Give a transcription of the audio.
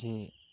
ᱡᱮ